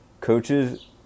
Coaches